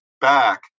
back